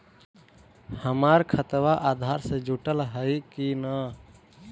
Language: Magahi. हमर खतबा अधार से जुटल हई कि न?